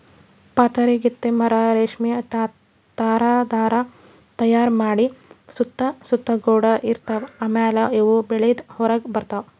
ಪಾತರಗಿತ್ತಿ ಮರಿ ರೇಶ್ಮಿ ಥರಾ ಧಾರಾ ತೈಯಾರ್ ಮಾಡಿ ಸುತ್ತ ಸುತಗೊಂಡ ಇರ್ತವ್ ಆಮ್ಯಾಲ ಅವು ಬೆಳದ್ ಹೊರಗ್ ಬರ್ತವ್